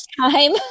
time